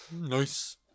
Nice